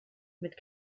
mit